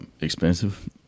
expensive